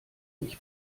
mich